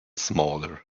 smaller